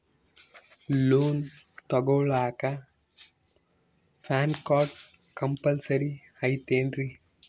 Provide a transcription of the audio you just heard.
Loan ತೊಗೊಳ್ಳಾಕ PAN card compulsory ಐಯ್ತೇನ್ರಿ?